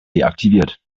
deaktiviert